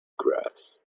grass